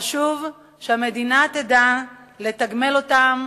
וחשוב שהמדינה תדע לתגמל אותה,